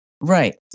Right